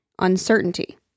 uncertainty